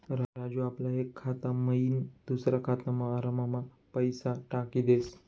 राजू आपला एक खाता मयीन दुसरा खातामा आराममा पैसा टाकी देस